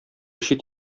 чит